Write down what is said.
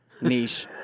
Niche